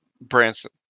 Branson